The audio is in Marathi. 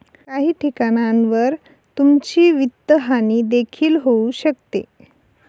काही ठिकाणांवर तुमची वित्तहानी देखील होऊ शकते